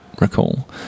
recall